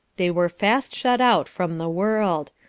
they were fast shut out from the world.